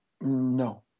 No